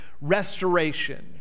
restoration